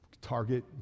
Target